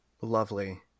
lovely